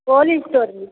cold स्टोरमे